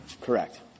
Correct